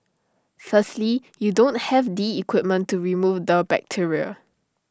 firstly you don't have the equipment to remove the bacteria